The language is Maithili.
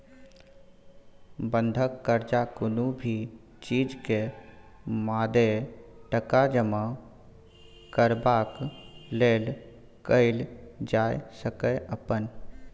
बंधक कर्जा कुनु भी चीज के मादे टका जमा करबाक लेल कईल जाइ सकेए अपन